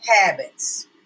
habits